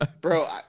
Bro